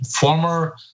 former